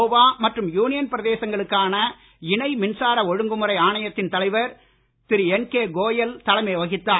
கோவா மற்றும் யூனியன் பிரதேசங்களுக்கான இணை மின்சார ஒழுங்குமுறை ஆணையத்தின் தலைவர் திரு என் கே கோயல் தலைமை வகித்தார்